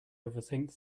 overthink